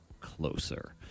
closer